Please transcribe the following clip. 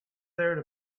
there